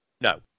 No